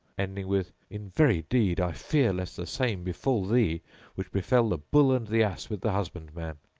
ending with, in very deed i fear lest the same befal thee which befel the bull and the ass with the husband man.